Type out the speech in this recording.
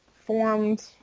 formed